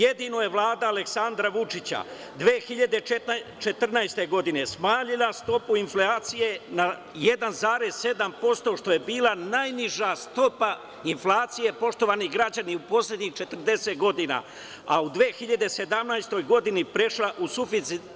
Jedino je Vlada Aleksandra Vučića 2014. godine smanjila stopu inflacije na 1,7%, što je bila najniža stopa inflacije, poštovani građani, u poslednjih 40 godina, a u 2017. godini prešla u suficit.